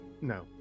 No